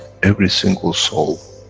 every single soul.